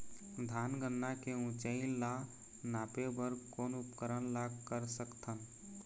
धान गन्ना के ऊंचाई ला नापे बर कोन उपकरण ला कर सकथन?